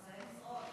חצאי משרות.